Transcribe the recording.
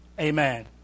Amen